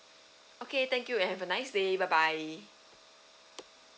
okay thank you and have a nice day bye bye